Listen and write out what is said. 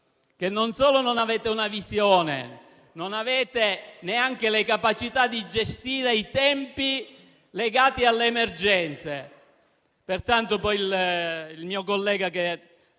non solo non avete una visione, ma nemmeno le capacità di gestire i tempi legati all'emergenza.